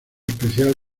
especial